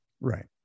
Right